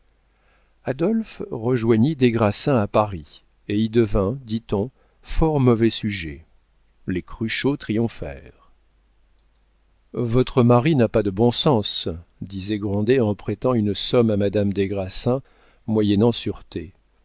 adolphe rejoignit des grassins à paris et y devint dit-on un fort mauvais sujet les cruchot triomphèrent votre mari n'a pas de bon sens disait grandet en prêtant une somme à madame des grassins moyennant